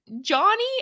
Johnny